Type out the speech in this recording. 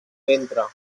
ventre